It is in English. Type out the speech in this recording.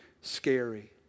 scary